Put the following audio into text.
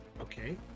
Okay